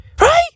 right